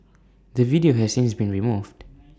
the video has since been removed